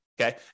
Okay